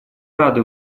рады